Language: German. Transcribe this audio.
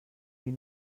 die